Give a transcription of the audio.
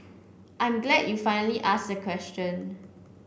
I'm glad you finally asked a question